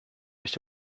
nicht